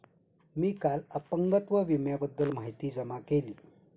मी काल अपंगत्व विम्याबद्दल माहिती जमा केली